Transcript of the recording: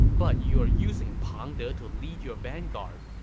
but you're using pang de to lead your vanguard.